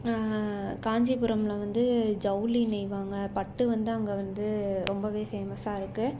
காஞ்சிபுரம்ல வந்து ஜவுளி நெய்வாங்க பட்டு வந்து அங்கே வந்து ரொம்பவே ஃபேமஸாக இருக்குது